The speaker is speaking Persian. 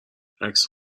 عکس